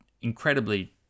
incredibly